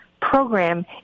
program